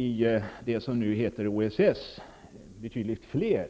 I OSS finns det dessutom betydligt fler